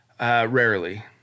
Rarely